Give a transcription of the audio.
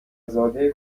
زاده